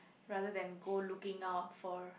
rather than go looking out for